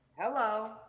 hello